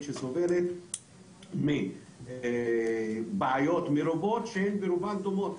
שסובלת מבעיות מרובות שברובן הן דומות.